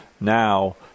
now